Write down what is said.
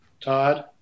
Todd